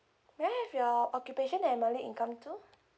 may I have your occupation and monthly income too